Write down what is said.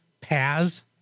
Paz